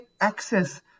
access